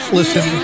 listen